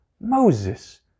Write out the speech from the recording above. Moses